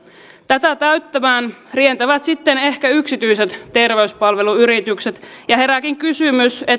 tätä täyttämään rientävät sitten ehkä yksityiset terveyspalveluyritykset ja herääkin kysymys